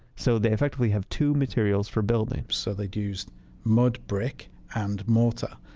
so they effectively have two materials for building so they'd use mud brick and mortar.